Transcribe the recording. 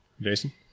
Jason